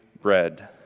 bread